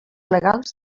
legals